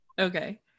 Okay